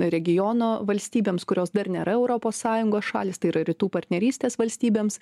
regiono valstybėms kurios dar nėra europos sąjungos šalys tai yra rytų partnerystės valstybėms